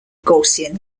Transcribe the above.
gaussian